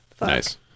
Nice